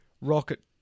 rocket